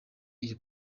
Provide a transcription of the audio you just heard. iyi